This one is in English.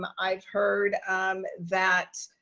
um i've heard that